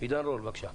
עידן רול, בבקשה.